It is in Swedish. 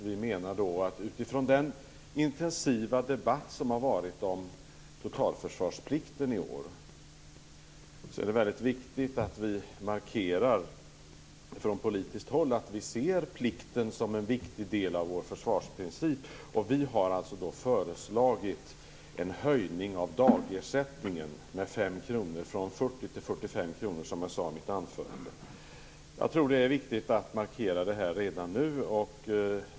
Vi menar att utifrån den intensiva debatt som har förts om totalförsvarsplikten i år är det väldigt viktigt att vi från politiskt håll markerar att vi ser plikten som en viktig del av vår försvarsprincip. Vi har därför föreslagit en höjning av dagersättningen med 5 kr, från 40 kr till 45 kr, som jag sade i mitt anförande. Jag tror att det är viktigt att markera det här redan nu.